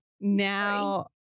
now